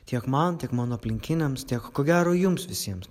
tiek man tiek mano aplinkiniams tiek ko gero jums visiems